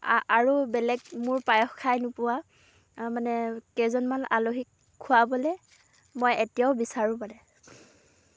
আৰু বেলেগ মোৰ পায়স খাই নোপোৱা মানে কেইজনমান আলহীক খুৱাবলৈ মই এতিয়াও বিচাৰোঁ মানে